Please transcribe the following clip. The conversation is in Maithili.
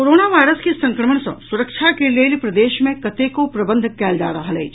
कोरोना वायरस के संक्रमण सँ सुरक्षा के लेल प्रदेश मे कतेको प्रबंध कयल जा रहल अछि